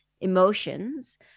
emotions